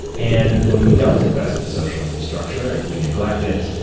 and when we don't invest in social infrastructure if we neglect it,